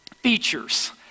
features